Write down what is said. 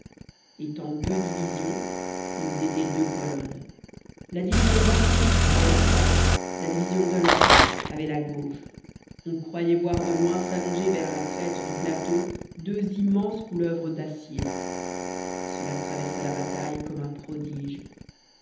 étant deux divisions ils étaient deux colonnes la division wathier avait la droite la division delord avait la gauche on croyait voir de loin s'allonger vers la crête du plateau deux immenses couleuvres d'acier cela traversa la bataille comme un prodige